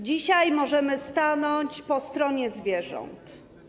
Dzisiaj możemy stanąć po stronie zwierząt.